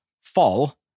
fall